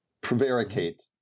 prevaricate